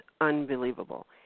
unbelievable